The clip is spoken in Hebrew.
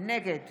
נגד